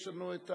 יש לנו,